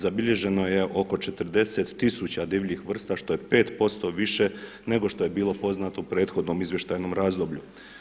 Zabilježeno je oko 40 tisuća divljih vrsta što je 5% više nego što je bilo poznato u prethodnom izvještajnom razdoblju.